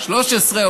13,